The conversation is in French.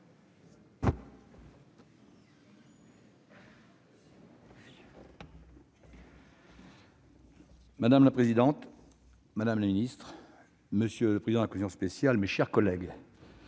Madame la présidente, madame la ministre, monsieur le président de la commission spéciale, cher